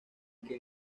que